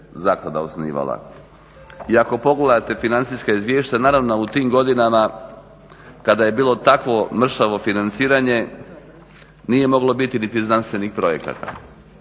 zaklada osniva. I ako pogledate financijska izvješća naravno u tim godinama kada je bilo takvo mršavo financiranje nije moglo biti niti znanstvenih projekata.